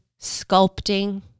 sculpting